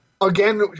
again